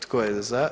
Tko je za?